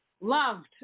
loved